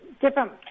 different